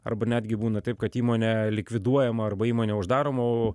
arba netgi būna taip kad įmonė likviduojama arba įmonė uždaroma o